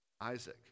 Isaac